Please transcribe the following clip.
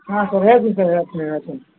ಹಾಂ ಸರ್ ಹೇಳ್ತಿನಿ ಸರ್ ಹೇಳ್ತಿನಿ ಹೇಳ್ತಿನಿ